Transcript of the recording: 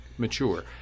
mature